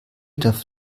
darf